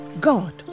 God